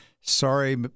sorry